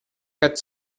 quatre